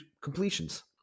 completions